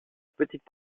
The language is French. petite